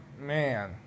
man